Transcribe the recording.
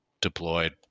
deployed